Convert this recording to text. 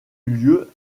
lieu